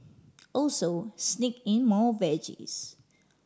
also sneak in more veggies